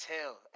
tell